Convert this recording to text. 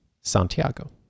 Santiago